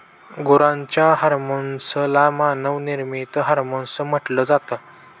गुरांच्या हर्मोन्स ला मानव निर्मित हार्मोन्स म्हटल जात